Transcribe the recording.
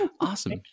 Awesome